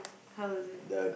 how was it